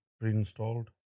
pre-installed